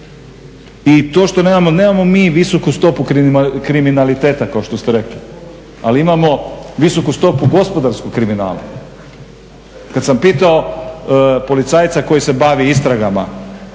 I to što nemamo, nemamo mi visoku stopu kriminaliteta kao što ste rekli ali imamo visoku stopu gospodarskog kriminala. Kada sam pitao policajca koji se bavi istragama